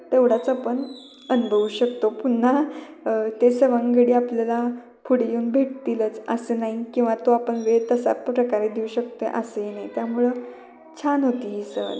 तेवढाच आपण अनुभवू शकतो पुन्हा ते सवंगडी आपल्याला पुढे येऊन भेटतीलच असं नाही किवा तो आपण वेळ तशाप्रकारे आपण देऊ शकतो असंही नाही त्यामुळं छान होती ही सहल